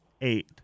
eight